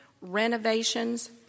renovations